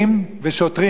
שוטרים בעצם,